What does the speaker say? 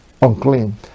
unclean